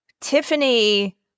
Tiffany